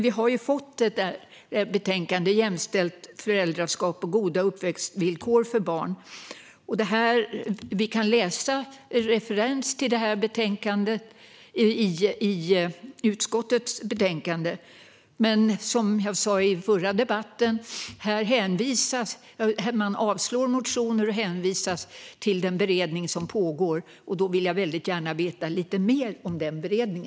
Vi har fått betänkandet Jämställt föräldraskap och goda uppväxtvillkor för barn , och vi kan se referens till detta betänkande i utskottets betänkande. Som jag sa i förra debatten avslår man motioner och hänvisar till den beredning som pågår. Går det att få veta lite mer om denna beredning?